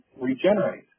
regenerate